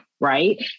right